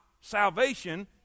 salvation